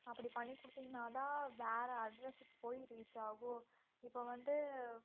அப்படி பண்ணிக் கொடுத்தீங்னா தான் வேறு அட்ரஸுக்கு போய் ரீச் ஆகும் இப்போ வந்து